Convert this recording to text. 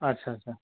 ଆଚ୍ଛା ଆଚ୍ଛା